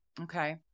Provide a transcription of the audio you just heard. Okay